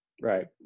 Right